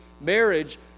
marriage